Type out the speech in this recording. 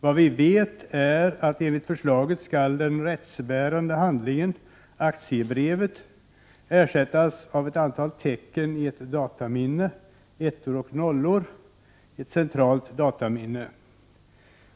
Vad vi vet är att enligt förslaget skall den rättsbärande handlingen, aktiebrevet, ersättas av ett antal tecken i ett dataminne — ettor och nollor i ett er dataminne.